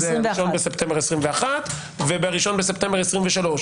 שהיא ה-01 בספטמבר 2021 עד ה-01 בספטמבר 2023,